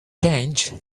change